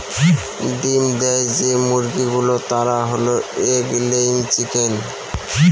ডিম দেয় যে মুরগি গুলো তারা হল এগ লেয়িং চিকেন